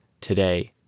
today